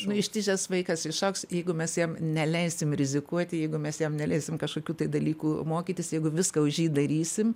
nu ištižęs vaikas išaugs jeigu mes jam neleisim rizikuoti jeigu mes jam neleisim kašokių tai dalykų mokytis jeigu viską už jį darysim